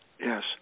Yes